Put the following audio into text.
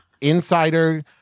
insider